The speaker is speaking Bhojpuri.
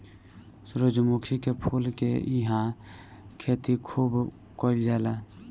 सूरजमुखी के फूल के इहां खेती खूब कईल जाला